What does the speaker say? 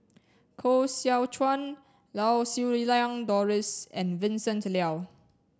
koh Seow Chuan Lau Siew Lang Doris and Vincent Leow